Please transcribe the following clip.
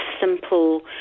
simple